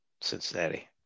Cincinnati